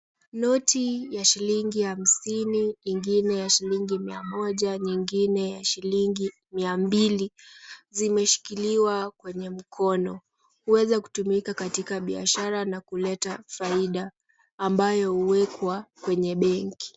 Noti ya shilingi hamsini ingine ya shilingi mia moja nyingine ya shilingi mia mbili zimeshikiliwa kwenye mkono. Huweza kutumika katika biashara na kuleta faida ambayo huwekwa kwenye benki.